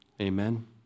Amen